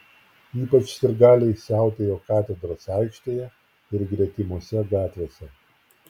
ypač sirgaliai siautėjo katedros aikštėje ir gretimose gatvėse